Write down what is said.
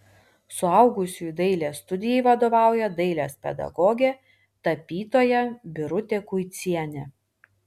suaugusiųjų dailės studijai vadovauja dailės pedagogė tapytoja birutė kuicienė